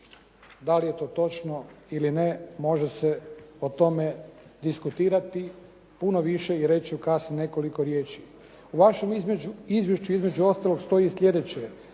Da li je to točno ili ne, može se o tome diskutirati puno više i reći …/Govornik se ne razumije./… nekoliko riječi. U vašem izvješću između ostalog stoji i sljedeće,